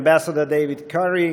Ambassador David Quarrey,